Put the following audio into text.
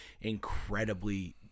incredibly